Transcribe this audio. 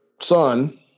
Son